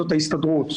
זאת ההסתדרות.